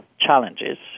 challenges